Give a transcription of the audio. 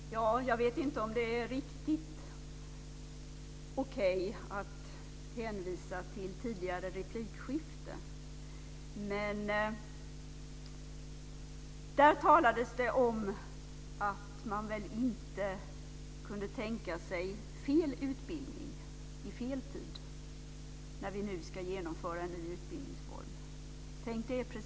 Herr talman! Jag vet inte om det är riktigt okej att hänvisa till ett tidigare replikskifte, men i ett sådant talades det om att man väl inte kunde tänka sig fel utbildning i fel tid när vi nu ska genomföra en ny utbildningsform.